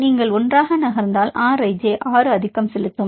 நீங்கள் ஒன்றாக நகர்ந்தால் R i j 6 ஆதிக்கம் செலுத்தும்